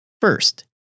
First